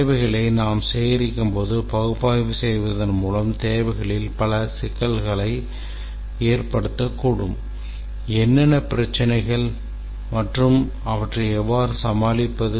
தேவைகளை நாங்கள் சேகரிக்கும்போது பகுப்பாய்வு செய்வதன் மூலம் தேவைகளில் பல சிக்கல்களை ஏற்படுத்தக்கூடும் என்னென்ன பிரச்சினைகள் மற்றும் அவற்றை எவ்வாறு சமாளிப்பது